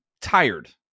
tired